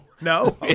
No